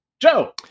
Joe